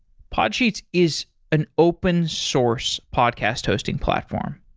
podsheets is an open source podcast hosting platform,